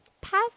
Pass